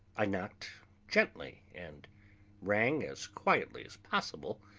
i knocked gently and rang as quietly as possible,